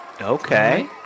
Okay